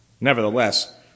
Nevertheless